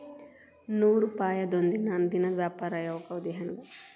ನೂರುಪಾಯದೊಂದಿಗೆ ನಾನು ದಿನದ ವ್ಯಾಪಾರಿಯಾಗೊದ ಹೆಂಗ?